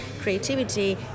creativity